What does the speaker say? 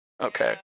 Okay